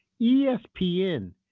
ESPN